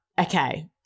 okay